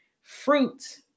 fruit